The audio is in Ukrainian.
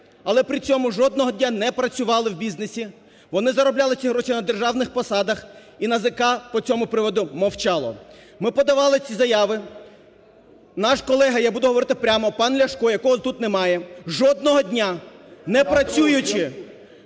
але при цьому жодного дня не працювали у бізнесі, вони заробляли ці гроші на державних посадах, і НАЗК по цьому приводу мовчало. Ми подавали ці заяви, наш колега, я буду говорити прямо, пан Ляшко, якого тут немає, жодного дня не працюючи